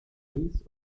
paris